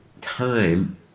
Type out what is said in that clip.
Time